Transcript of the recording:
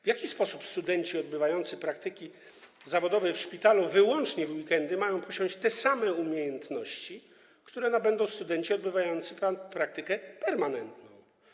W jaki sposób studenci odbywający praktyki zawodowe w szpitalu wyłącznie w weekendy mają posiąść te same umiejętności, które nabędą studenci odbywający praktykę permanentną?